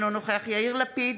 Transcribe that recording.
אינו נוכח יאיר לפיד,